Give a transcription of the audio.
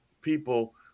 people